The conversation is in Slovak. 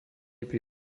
pri